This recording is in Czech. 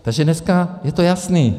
Takže dneska je to jasné.